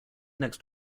next